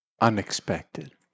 unexpected